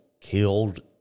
killed